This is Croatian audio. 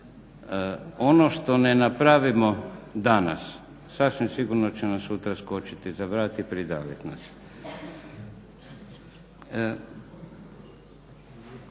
Ono što ne napravimo danas sasvim sigurno će nam sutra skočiti za vrat i pridavit nas.